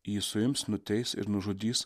jį suims nuteis ir nužudys